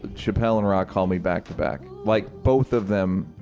chappelle and rock called me back to back like both of them